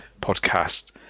podcast